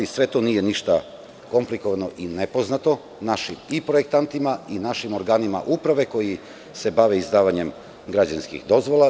Sve to nije ništa komplikovano i nepoznato i našim projektantima i našim organima uprave koji se bave izdavanjem građevinskih dozvola.